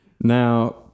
Now